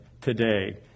today